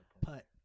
Put